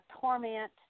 Torment